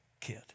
kid